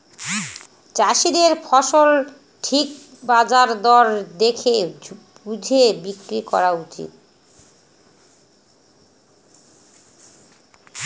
চাষীদের ফসল ঠিক বাজার দর দেখে বুঝে বিক্রি করা উচিত